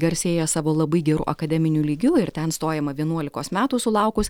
garsėja savo labai geru akademiniu lygiu ir ten stojama vienuolikos metų sulaukus